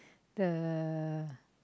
the